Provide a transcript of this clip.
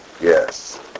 Yes